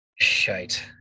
Shite